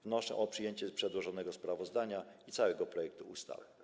Wnoszę o przyjęcie przedłożonego sprawozdania i całego projektu ustawy.